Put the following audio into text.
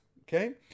okay